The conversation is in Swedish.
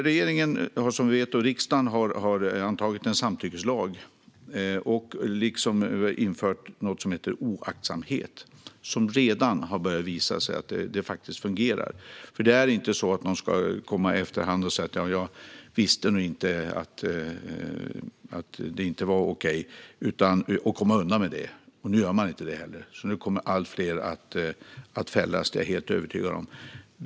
Regeringen och riksdagen har antagit en samtyckeslag och även infört något som heter oaktsamhet. Lagen har redan visat sig fungera. Man ska inte i efterhand kunna säga att man inte visste att det inte var okej - och komma undan med det. Nu gör man inte det heller. Nu kommer allt fler att fällas. Det är jag helt övertygad om.